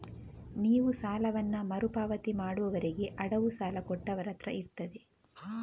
ನೀವು ಸಾಲವನ್ನ ಮರು ಪಾವತಿ ಮಾಡುವವರೆಗೆ ಅಡವು ಸಾಲ ಕೊಟ್ಟವರತ್ರ ಇರ್ತದೆ